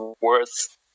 worth